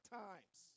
times